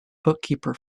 bookkeeper